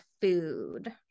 food